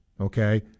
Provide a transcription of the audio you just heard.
okay